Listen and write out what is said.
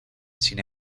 sin